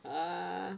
ah